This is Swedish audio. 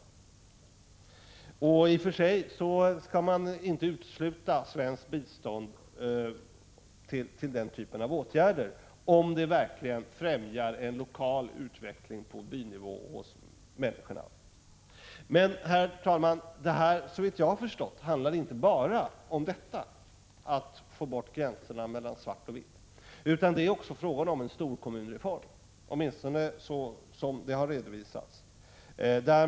Man skall inte heller utesluta svenskt bistånd till denna typ av åtgärder, om det verkligen främjar en lokal utveckling på bynivå. Såvitt jag har förstått, herr talman, handlar det här emellertid inte bara om att få bort gränserna mellan svart och vitt. Det är också fråga om en storkommunsreform, så har reformen åtminstone redovisats.